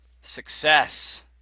success